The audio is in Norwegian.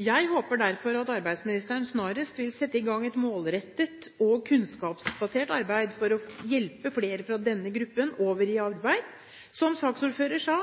Jeg håper derfor at arbeidsministeren snarest vil sette i gang et målrettet og kunnskapsbasert arbeid for å hjelpe flere fra denne gruppen over i arbeid – som saksordføreren sa: